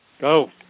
Go